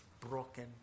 broken